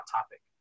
topic